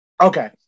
okay